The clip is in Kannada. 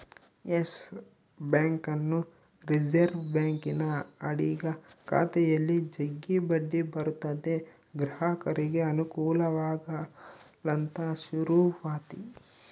ಯಸ್ ಬ್ಯಾಂಕನ್ನು ರಿಸೆರ್ವೆ ಬ್ಯಾಂಕಿನ ಅಡಿಗ ಖಾತೆಯಲ್ಲಿ ಜಗ್ಗಿ ಬಡ್ಡಿ ಬರುತತೆ ಗ್ರಾಹಕರಿಗೆ ಅನುಕೂಲವಾಗಲಂತ ಶುರುವಾತಿ